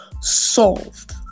solved